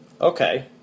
Okay